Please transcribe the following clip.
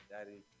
Daddy